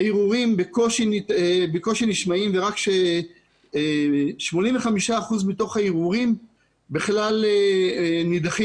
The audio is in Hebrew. הערעורים בקושי נשמעים ורק 85 אחוזים מהערעורים נידחים,